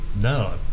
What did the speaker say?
No